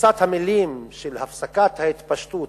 מכבסת המלים של הפסקת ההתפשטות,